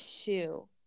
two